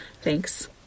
Thanks